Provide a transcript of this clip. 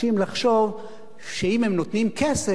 לחשוב שאם הם נותנים כסף,